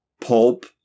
pulp